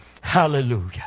Hallelujah